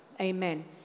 Amen